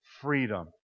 freedom